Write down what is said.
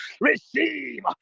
receive